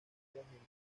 repartidas